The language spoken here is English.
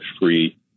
free